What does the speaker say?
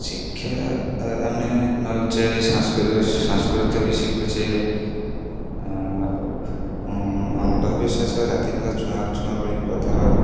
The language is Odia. ଶିକ୍ଷା ଆମେ ନେଉଛେ ସାଂସ୍କୃତି ବି ଶିଖୁଛେ ଆଉ ଅନ୍ଧବିଶ୍ୱାସ ଜାତି ପ୍ରଥା ଛୁଆଁ ଅଛୁଆଁ ଭଳି ପ୍ରଥାର